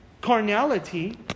carnality